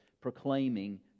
proclaiming